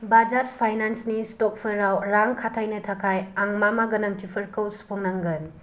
बाजाज फाइनान्सनि स्ट'कफोराव रां खाथायनो थाखाय आं मा मा गोनांथिफोरखौ सुफुंनांगोन